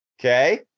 Okay